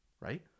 right